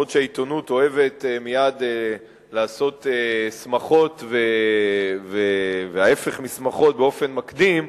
אומנם העיתונות אוהבת מייד לעשות שמחות וההיפך משמחות באופן מקדים,